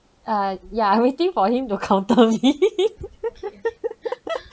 err yeah I waiting for him to counter me